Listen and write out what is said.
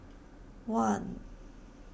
one